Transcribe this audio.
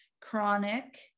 chronic